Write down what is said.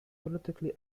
politically